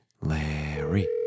Larry